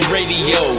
Radio